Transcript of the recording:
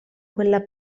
quella